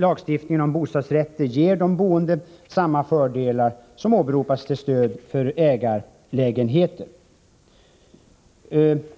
Lagstiftningen om bostadsrätt ger de boende samma fördelar som åberopas till stöd för ägarlägenheter.